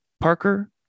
Parker